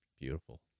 beautiful